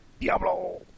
Diablo